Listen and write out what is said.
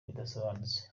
zidasobanutse